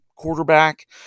quarterback